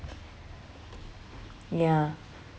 ya